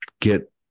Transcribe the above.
get